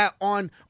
On